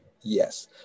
Yes